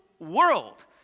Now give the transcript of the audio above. world